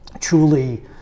truly